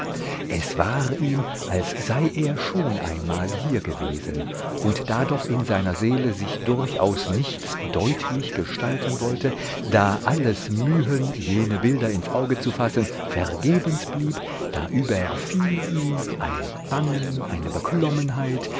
es war ihm als sei er schon einmal hier gewesen und da doch in seiner seele sich durchaus nichts deutlich gestalten wollte da alles mühen jene bilder ins auge zu fassen vergebens blieb da überfiel ihn ein bangen eine beklommenheit